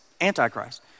Anti-Christ